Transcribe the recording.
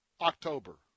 October